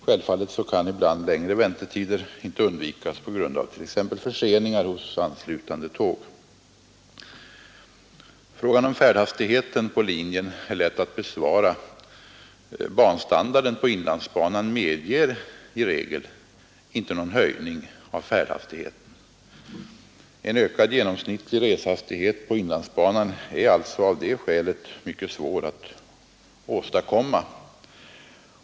Självfallet kan ibland längre väntetider inte undvikas på grund av t.ex. förseningar hos anslutande tåg. Frågan om färdhastigheten på linjen är lätt att besvara. Banstandarden på inlandsbanan medger i regel inte någon höjning av färdhastigheten. En ökad genomsnittlig reshastighet på inlandsbanan är alltså av det skälet mycket svår att åstadkomma.